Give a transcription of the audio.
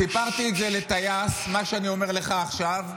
סיפרתי את זה לטייס, מה שאני אומר לך עכשיו,